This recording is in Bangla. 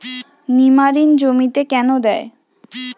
নিমারিন জমিতে কেন দেয়?